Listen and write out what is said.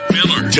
Miller